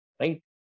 right